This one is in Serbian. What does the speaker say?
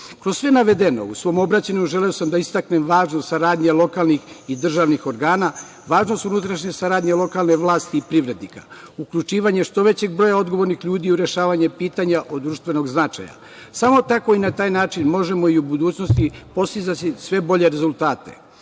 sve navedeno u svom obraćanju želeo sam da istaknem važnost saradnje lokalnih i državnih organa, važnost unutrašnje saradnje lokalne vlasti i privrednika, uključivanje što većeg broja odgovornih ljudi u rešavanje pitanja od društvenog značaja. Samo tako i na taj način možemo i u budućnosti postizati sve bolje rezultate. Još